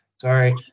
Sorry